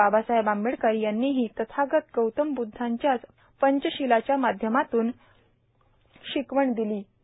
बाबासाहेब आंबेडकर यांनीही तथागत गौतम बुद्धांच्याच पंचशीलाच्या माध्यमातून शिकवण दिलो